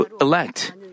elect